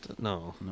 No